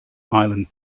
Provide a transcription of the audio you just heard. ireland